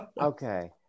Okay